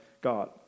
God